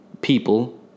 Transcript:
people